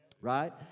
right